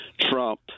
Trump